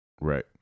Right